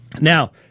Now